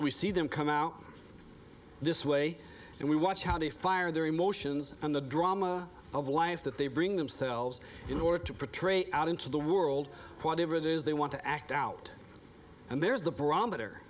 we see them come out this way and we watch how they fire their emotions and the drama of life that they bring themselves in order to patrol out into the world whatever it is they want to act out and there's the barometer